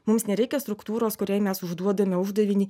mums nereikia struktūros kuriai mes užduodame uždavinį